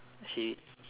she